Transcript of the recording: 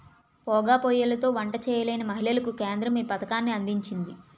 పోగా పోయ్యిలతో వంట చేయలేని మహిళలకు కేంద్రం ఈ పథకాన్ని అందించింది